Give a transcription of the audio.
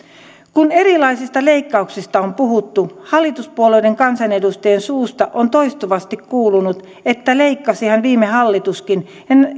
kun erilaisista leikkauksista on puhuttu hallituspuolueiden kansanedustajien suusta on toistuvasti kuulunut että leikkasihan viime hallituskin